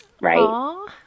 right